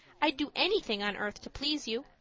i'd do anything on earth to please you.